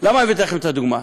למה הבאתי לכם את הדוגמה?